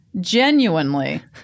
genuinely